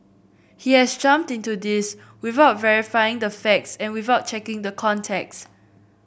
he has jumped into this without verifying the facts and without checking the context